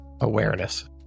Awareness